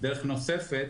דרך נוספת